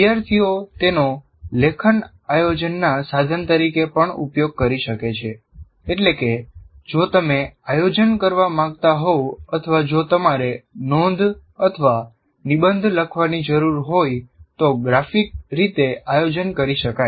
વિદ્યાર્થીઓ તેનો લેખન આયોજનના સાધન તરીકે પણ ઉપયોગ કરી શકે છે એટલે કે જો તમે આયોજન કરવા માંગતા હોવ અથવા જો તમારે નોંધ અથવા નિબંધ લખવાની જરૂર હોય તો ગ્રાફિક રીતે આયોજન કરી શકાય